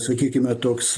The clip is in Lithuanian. sakykime toks